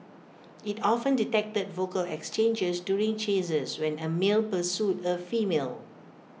IT often detected vocal exchanges during chases when A male pursued A female